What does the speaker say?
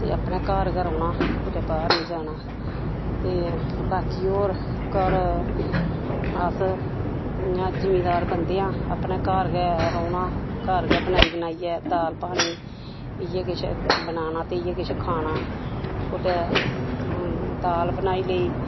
ते अपने घर गै रौह्ना कुतै बाहर निं जाना ते बाकी होर घर अस इ'यां जिमींदार बंदे आं अपने घर गै रौह्ना घर गै बनाई बनाइयै दाल पानी इ'यै किश बनाना ते इ'यै किश खाना कुतै दाल बनाई लेई